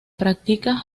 practica